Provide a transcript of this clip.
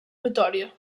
notòria